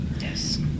yes